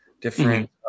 different